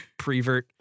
prevert